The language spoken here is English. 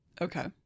Okay